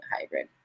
hybrid